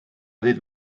ddydd